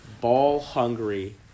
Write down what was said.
ball-hungry